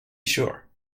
sure